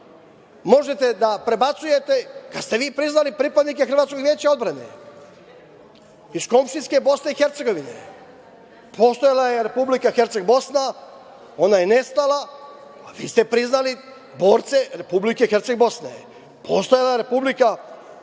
možete da prebacujete, kada ste vi priznali pripadnike Hrvatskog veća odbrane iz komšijske Bosne i Hercegovine? Postojala je Republika Herceg-Bosna, ona je nestala, a vi ste priznali borce Republike Herceg-Bosne. Postojala je Republika Srpska